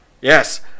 Yes